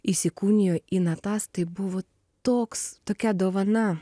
įsikūnijo į natas tai buvo toks tokia dovana